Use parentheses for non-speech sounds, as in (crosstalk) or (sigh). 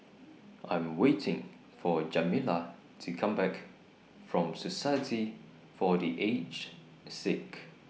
I'm waiting For Jamila to Come Back from (noise) Society For The Aged Sick